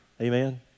amen